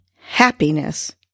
happiness